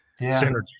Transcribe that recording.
synergy